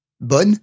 Bonne